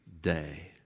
day